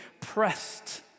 pressed